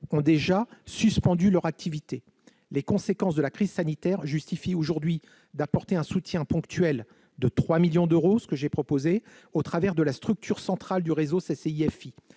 ont déjà suspendu leur activité. Les conséquences de la crise sanitaire justifient d'apporter un soutien ponctuel de 3 millions d'euros au travers de la structure centrale du réseau des CCIFI.